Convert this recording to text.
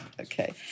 Okay